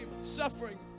suffering